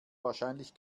wahrscheinlich